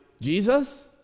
Jesus